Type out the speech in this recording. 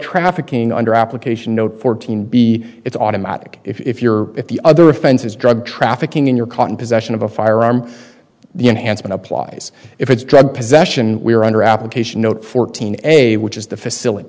trafficking under application note fourteen b it's automatic if you're at the other offenses drug trafficking in you're caught in possession of a firearm the enhancement applies if it's drug possession we're under application note fourteen a which is the facilit